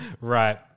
Right